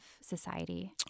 society